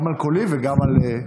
גם על קולי וגם על,